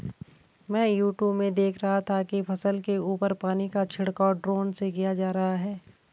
मैं यूट्यूब में देख रहा था कि फसल के ऊपर पानी का छिड़काव ड्रोन से किया जा रहा है